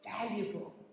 valuable